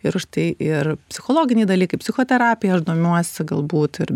ir už tai ir psichologiniai dalykai psichoterapija aš domiuosi galbūt ir